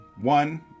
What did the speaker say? one